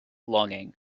longing